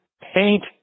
paint